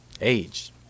age